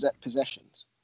possessions